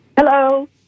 Hello